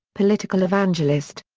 political evangelist.